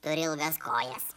turi ilgas kojas